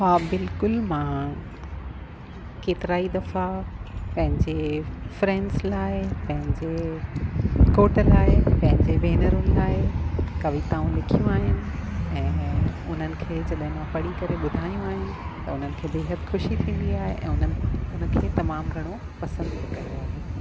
हा बिल्कुलु मां केतिरा ई दफ़ा पंहिंजे फैंड्रस लाइ पंहिंजे घोट लाइ ऐं पंहिंजे भेनरुनि लाइ कविताऊं लिखियूं आहिनि ऐं उन्हनि खे जॾहिं मां पढ़ी करे ॿुधायूं आहिनि त उन्हनि खे बेहदि ख़ुशी थींदी आहे ऐं उन्हनि उन खे तमामु घणो पसंदि कयो आहे